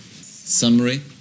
summary